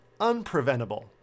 unpreventable